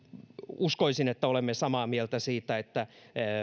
uskoisin että me jokainen olemme samaa mieltä siitä että